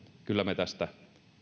kyllä me tästä